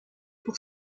pour